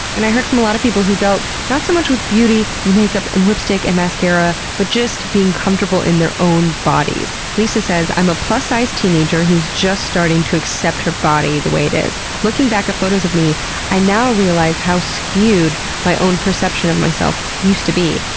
and i heard from a lot of people who dealt not so much with beauty and makeup and lipstick and mascara but just being comfortable in their own bodies. lisa says, i'm a plus-size teenager who's just starting to accept her body the way it is. looking back at photos of me i now realize how skewed my own perception of myself used to be.